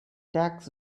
tax